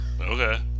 okay